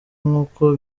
nk’uko